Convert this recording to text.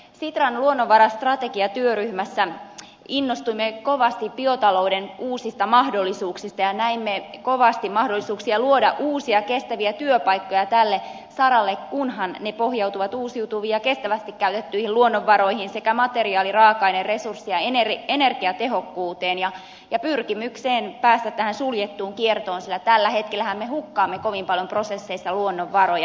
sitran luonnonvarastrategiatyöryhmässä innostuimme kovasti biotalouden uusista mahdollisuuksista ja näimme kovasti mahdollisuuksia luoda uusia kestäviä työpaikkoja tälle saralle kunhan ne pohjautuvat uusiutuviin ja kestävästi käytettyihin luonnonvaroihin sekä materiaali raaka aine resurssi ja energiatehokkuuteen ja pyrkimykseen päästä suljettuun kiertoon sillä tällä hetkellähän me hukkaamme kovin paljon prosesseissa luonnonvaroja